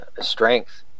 strength